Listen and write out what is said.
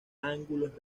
ángulos